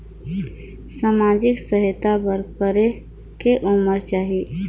समाजिक सहायता बर करेके उमर चाही?